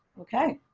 okay.